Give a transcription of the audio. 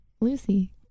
Lucy